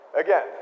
Again